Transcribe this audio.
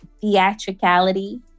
theatricality